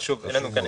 ושוב אין לנו כאן